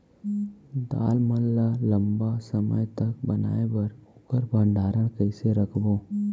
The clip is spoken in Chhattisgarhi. दाल मन ल लम्बा समय तक बनाये बर ओखर भण्डारण कइसे रखबो?